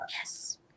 Yes